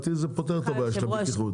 לדעתי זה פותר את הבעיה של הבטיחות.